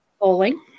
bowling